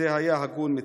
זה היה הגון מצידך.